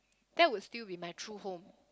that would still be my true home